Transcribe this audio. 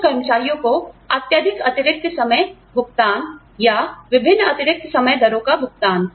कुछ कर्मचारियों को अत्याधिक अतिरिक्त समय भुगतान या विभिन्न अतिरिक्त समय दरों का भुगतान